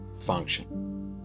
function